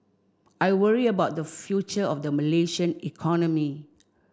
I worry about the future of the Malaysian economy